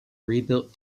rebuilt